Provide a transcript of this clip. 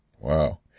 Wow